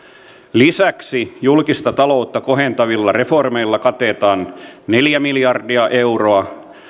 lisäksi julkista taloutta kohentavilla reformeilla katetaan neljä miljardia euroa